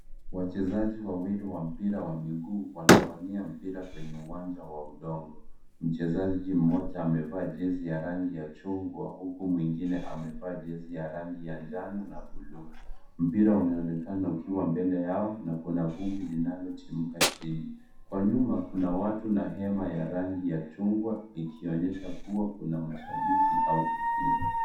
Wachezaji wawili wa mpira wa miguu, wanawania mpira kwenye uwanja wa udongo. Mchezaji mmoja amevaa jezi ya rangi ya chungwa, huku mwingine amevaa jezi ya rangi ya njano na bluu. Mpira unaonekana ukiwa mbele yao na kuna vumbi linalotimuka chini. Kwa nyuma kuna watu na hema ya rangi ya chungwa, ikionyesha kuwa kuna mashabiki au tukio.